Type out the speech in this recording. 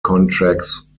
contracts